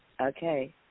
Okay